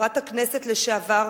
חברת הכנסת לשעבר,